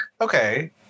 Okay